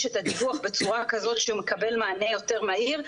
את הדיווח בצורה כזאת שמקבל מענה יותר מהיר,